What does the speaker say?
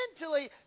mentally